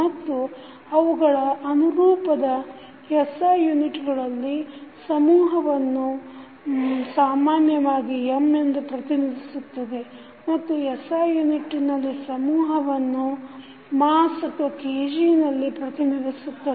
ಮತ್ತು ಅವುಗಳ ಅನುರೂಪದ SI ಯುನಿಟ್ಗಳಲ್ಲಿ ಸಮೂಹವನ್ನು ಸಾಮಾನ್ಯವಾಗಿ M ಎಂದು ಪ್ರತಿನಿಧಿಸುತ್ತದೆ ಮತ್ತು SI ಯುನಿಟ್ಟಿನಲ್ಲಿ ಸಮೂಹವನ್ನು mass KG ನಲ್ಲಿ ಪ್ರತಿನಿಧಿಸುತ್ತದೆ